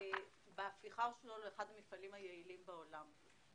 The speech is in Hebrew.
בהפיכה שלו לאחד המפעלים היעילים בעולם.